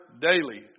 daily